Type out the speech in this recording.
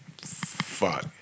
Fuck